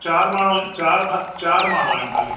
चारि माण्हू आहियूं चारि चारि माण्हू आहियूं ख़ाली